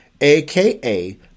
AKA